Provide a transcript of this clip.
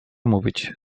mówić